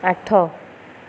ଆଠ